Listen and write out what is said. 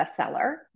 bestseller